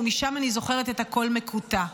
ומשם אני זוכרת את הכול מקוטע.